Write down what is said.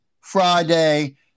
Friday